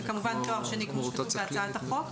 זה, כמובן, תואר שני, כמו שכתוב בהצעת החוק.